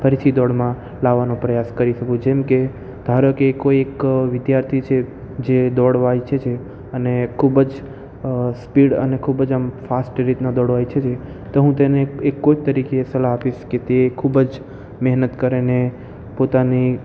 ફરીથી દોડમાં લાવવાનો પ્રયાસ કરી શકુ જેમ કે ધારોકે કોઈ એક વિદ્યાર્થી છે જે દોડવા ઈચ્છે છે અને ખૂબ જ સ્પીડ અને ખૂબ જ આમ ફાસ્ટ રીતના દોડવા ઈચ્છે છે તો હું તેને એક કોચ તરીકે સલાહ આપીશ કે તે ખૂબ જ મહેનત કરે અને પોતાની